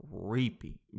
creepy